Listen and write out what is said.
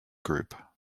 group